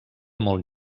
molt